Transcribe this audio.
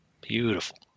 Beautiful